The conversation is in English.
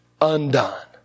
undone